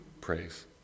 praise